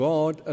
God